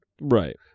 Right